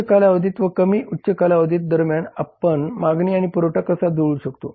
उच्य कालावधीत व कमी उच्य कालावधी दरम्यान आपण मागणी आणि पुरवठा कसा जुळवू शकतो